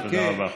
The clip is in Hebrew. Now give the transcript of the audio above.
כן,